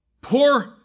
poor